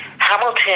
Hamilton